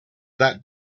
that